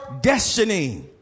destiny